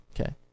Okay